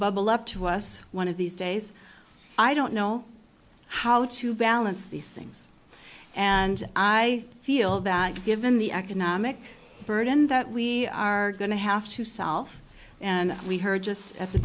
bubble up to us one of these days i don't know how to balance these things and i feel that given the economic burden that we are going to have to self and we heard just at the